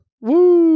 Woo